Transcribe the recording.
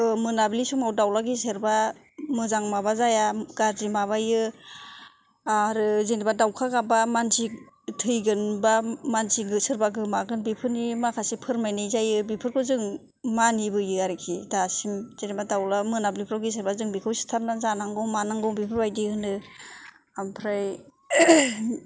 मोनाबिलि समाव दावला गेसेरबा मोजां माबा जाया गाज्रि माबायो आरो जेनेबा दावखा गाबोबा मानसि थैगोन एबा मानसि सोरबा गोमागोन बेफोरबायदि माखासे फोरमायनाय जायो बेफोरखौ जों मानिबोदों आरोखि दासिम जेनेबा दावला मोनाबिलिफोराव गेसेरबा जों बेखौ सिथारनानै जानांगौ मानांगौ बेफोरबायदि होनो ओमफ्राय